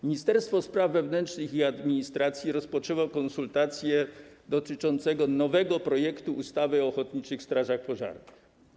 Ministerstwo Spraw Wewnętrznych i Administracji rozpoczęło konsultacje dotyczące nowego projektu ustawy o ochotniczych strażach pożarnych.